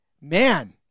man